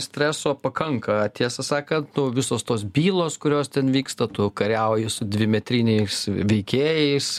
streso pakanka tiesą sakant nu visos tos bylos kurios ten vyksta tu kariauji su dvimetriniais veikėjais